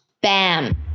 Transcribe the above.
Bam